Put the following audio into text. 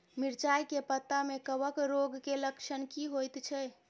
मिर्चाय के पत्ता में कवक रोग के लक्षण की होयत छै?